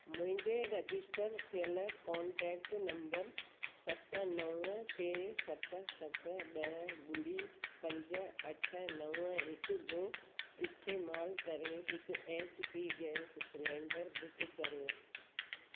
मुंहिंजे रजिस्टर थियल contact number सत नवं टे सत सत ॿ ॿुड़ी पंज अठ नवं हिक जो इस्तेमाल करे हिक H P gas cylinder book करियो